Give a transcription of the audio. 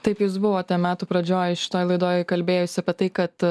taip jūs buvote metų pradžioj šitoj laidoj kalbėjusi apie tai kad